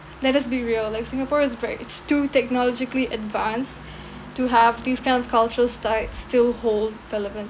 let us be real like singapore is very it's too technologically advance to have these kinds of cultural sites still hold relevant